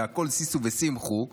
והכול שישו ושמחו.